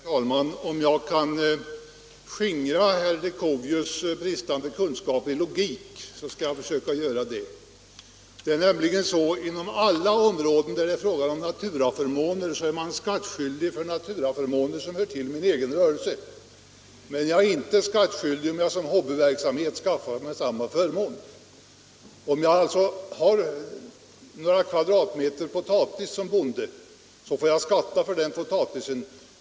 Herr talman! Om jag kan skingra herr Leuchovius bristande kunskaper när det gäller logiken i detta sammanhang skall jag försöka göra det. Det är nämligen så inom alla områden där det är fråga om naturaförmåner, att jag är skattskyldig för naturaförmåner som hör till min egen rörelse, men jag är inte skattskyldig om jag skaffar mig samma förmån genom hobbyverksamhet. Om jag alltså har några kvadratmeter potatis som bonde får jag skatta för den potatisen.